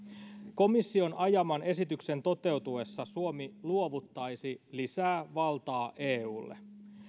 komission ajaman esityksen toteutuessa suomi luovuttaisi lisää valtaa eulle